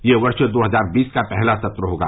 यह वर्ष दो हजार बीस का पहला सत्र होगा